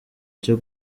cyo